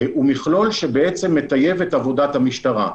הוא מכלול שבעצם מטייב את עבודת המשטרה.